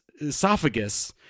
esophagus